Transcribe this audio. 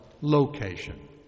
location